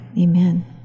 amen